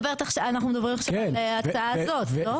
אנחנו מדברים עכשיו על ההצעה הזאת לא?